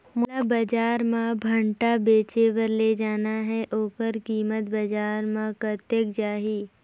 मोला बजार मां भांटा बेचे बार ले जाना हे ओकर कीमत बजार मां कतेक जाही?